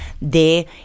de